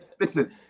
listen